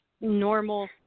normal